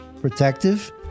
protective